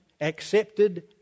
accepted